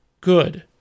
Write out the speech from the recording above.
good